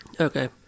Okay